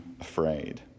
afraid